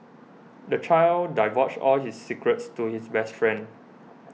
the child divulged all his secrets to his best friend